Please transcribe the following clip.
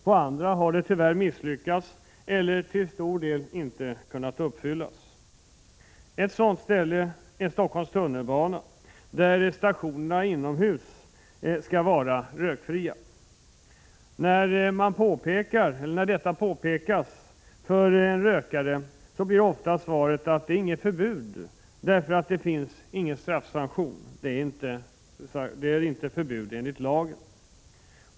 På andra har det tyvärr misslyckats eller till stor del inte kunnat uppfyllas. Ett sådant ställe är Stockholms tunnelbana, där stationerna inomhus skall vara rökfria. När detta påpekas för en rökande blir ofta svaret att det inte finns något förbud, därför att det inte finns någon straffsanktion. Det är inte förbjudet enligt lag.